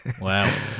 Wow